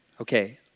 Okay